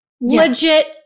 legit